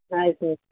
ಆಯ್ತು ಆಯಿತು